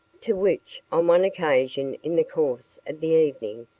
to which, on one occasion in the course of the evening,